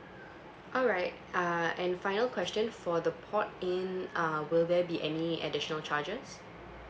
alright uh and final question for the port in uh will there be any additional charges